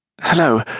Hello